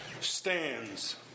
stands